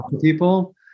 people